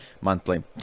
monthly